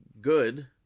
good